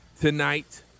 tonight